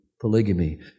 polygamy